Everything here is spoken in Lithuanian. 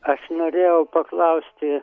aš norėjau paklausti